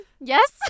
Yes